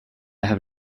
have